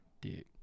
Dude